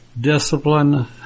discipline